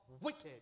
wicked